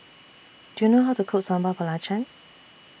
Do YOU know How to Cook Sambal Belacan